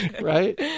Right